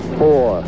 four